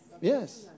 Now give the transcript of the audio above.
Yes